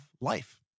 life